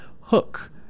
hook